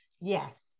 Yes